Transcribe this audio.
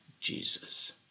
Jesus